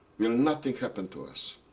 will nothing happen to us.